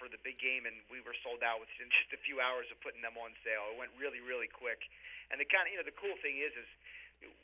for the big game and we were sold out within just a few hours of putting them on sale went really really quick and it got to you know the cool thing is if